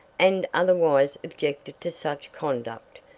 and otherwise objected to such conduct,